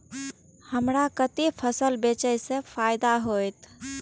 हमरा कते फसल बेचब जे फायदा होयत?